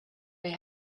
they